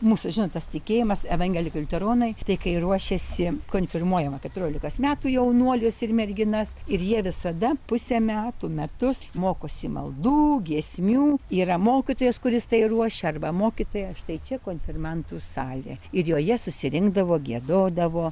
mūsų žinot tas tikėjimas evangelikai liuteronai tai kai ruošiasi konfirmuojama keturiolikos metų jaunuolius ir merginas ir jie visada pusę metų metus mokosi maldų giesmių yra mokytojas kuris tai ruošia arba mokytoja štai čia konfirmantų salė ir joje susirinkdavo giedodavo